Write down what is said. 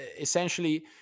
essentially